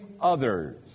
others